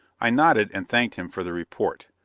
i nodded and thanked him for the report.